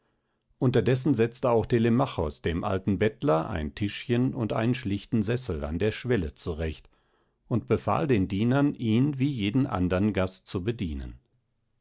unterdessen setzte auch telemachos dem alten bettler ein tischchen und einen schlichten sessel an der schwelle zurecht und befahl den dienern ihn wie jeden andern gast zu bedienen